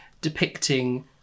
depicting